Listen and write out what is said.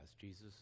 Jesus